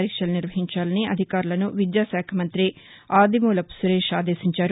పరీక్షలు నిర్వహించాలని అధికారులను విద్యా శాఖ మంత్రి ఆదిమూలపు సురేష్ ఆదేశించారు